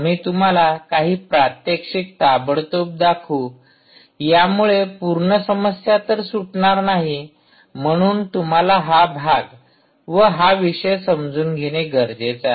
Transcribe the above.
आम्ही तुम्हाला काही प्रात्यक्षिक ताबडतोब दाखवू यामुळे पूर्ण समस्या तर सुटणार नाही म्हणून तुम्हाला हा भाग व हा विषय समजून घेणे गरजेचे आहे